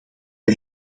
wij